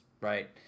right